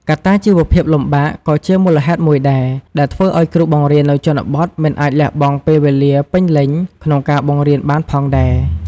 កត្តាជីវភាពលំបាកក៏ជាមូលហេតុមួយដែរ ដែលធ្វើឲ្យគ្រូបង្រៀននៅជនបទមិនអាចលះបង់ពេលវេលាពេញលេញក្នុងការបង្រៀនបានផងដែរ។